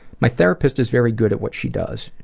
my therapist is very good at what she does.